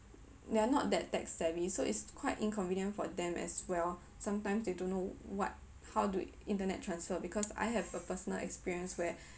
they are not that tech-savvy so it's quite inconvenient for them as well sometimes they don't know what how to internet transfer because I have a personal experience where